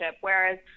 whereas